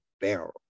barrel